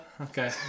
Okay